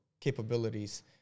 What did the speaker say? Capabilities